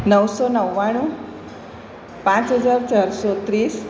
નવસો નવ્વાણું પાંચ હજાર ચારસો ત્રીસ